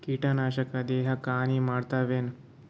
ಕೀಟನಾಶಕ ದೇಹಕ್ಕ ಹಾನಿ ಮಾಡತವೇನು?